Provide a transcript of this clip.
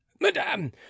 madame